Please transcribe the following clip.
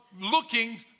looking